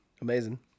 amazing